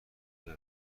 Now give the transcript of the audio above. کجا